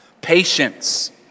Patience